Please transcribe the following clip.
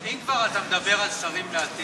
אם כבר אתה מדבר על שרים לעתיד,